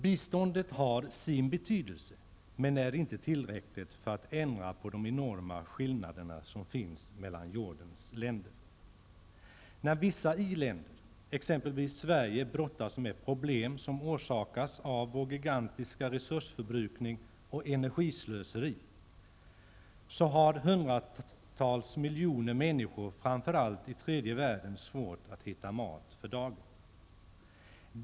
Biståndet har sin betydelse men är inte tillräckligt för att ändra på de enorma skillnaderna som finns mellan jordens länder. När vissa i-länder, t.ex. Sverige, brottas med problem som orsakas av gigantisk resursförbrukning och energislöseri, har hundratals miljoner människor framför allt i tredje världen svårt att hitta mat för dagen.